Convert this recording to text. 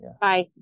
Bye